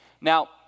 Now